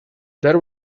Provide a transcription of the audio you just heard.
there